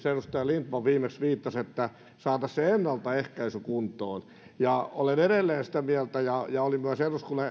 edustaja lindtman viimeksi viittasi että saataisiin se ennaltaehkäisy kuntoon ja olen edelleen sitä mieltä ja ja oli myös